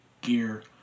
gear